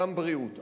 גם בריאות,